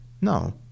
no